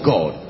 God